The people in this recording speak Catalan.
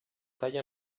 talla